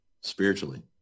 spiritually